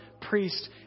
priest